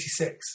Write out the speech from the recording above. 1986